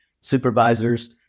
supervisors